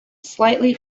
slightly